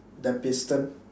the piston